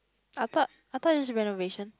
I thought I thought is renovation